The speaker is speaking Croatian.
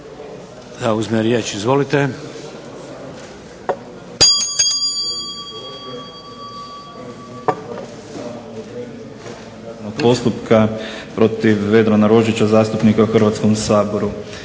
za pokretanje kaznenog postupka protiv Vedrana Rožića, zastupnika u Hrvatskom saboru